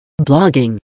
Blogging